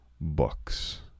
books